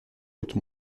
hautes